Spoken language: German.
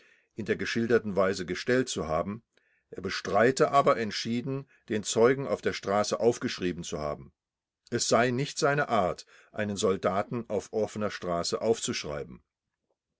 in der geschilderten weise gestellt zu haben er bestreite aber entschieden den zeugen auf der straße aufgeschrieben zu haben es sei nicht seine art einen soldaten auf offener straße aufzuschreiben